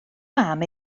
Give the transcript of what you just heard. mam